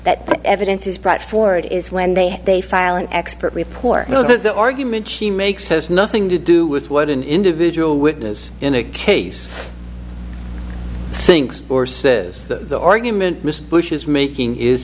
that evidence is brought forward is when they they file an expert report that the argument she makes has nothing to do with what an individual witness in a case thinks is the argument mr bush is making is